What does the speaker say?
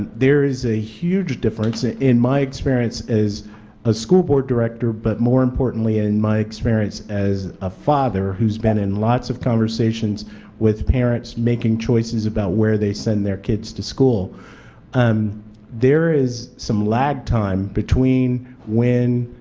there is a huge difference, ah and my experience as a school board director, but more importantly in my experience as a father who has been in lots of conversations with parents making choices about where they send their kids to school um there is some lag time between when